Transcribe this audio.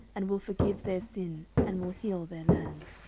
and will forgive their sin, and will heal their land.